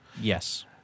Yes